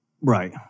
Right